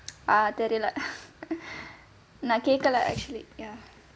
ah தெரியல நான் கேட்கலை:theriyala naan kaetkalai actually ya